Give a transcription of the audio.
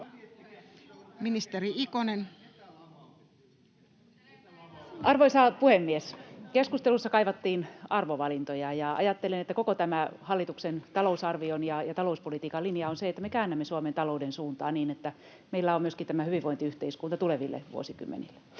Arvoisa puhemies! Keskustelussa kaivattiin arvovalintoja. Ajattelen, että koko tämän hallituksen talousarvion ja talouspolitiikan linja on se, että me käännämme Suomen talouden suuntaa, niin että meillä on myöskin tämä hyvinvointiyhteiskunta tuleville vuosikymmenille.